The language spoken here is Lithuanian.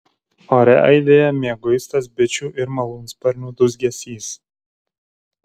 ore aidėjo mieguistas bičių ir malūnsparnių dūzgesys